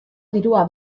dirua